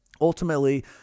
ultimately